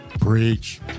Preach